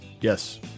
Yes